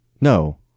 No